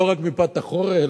לא רק מפאת החורף,